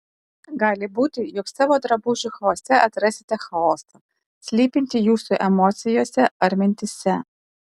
gali būti jog savo drabužių chaose atrasite chaosą slypintį jūsų emocijose ar mintyse